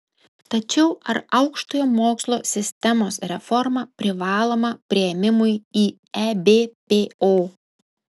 tačiau ar aukštojo mokslo sistemos reforma privaloma priėmimui į ebpo